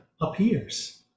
appears